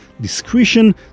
discretion